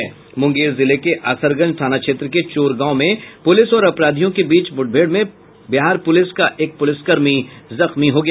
मुंगेर जिले के असरगंज थाना क्षेत्र के चोरगांव में पुलिस और अपराधियों के बीच मुठभेड़ में बिहार पुलिस का एक पुलिसकर्मी जख्मी हो गया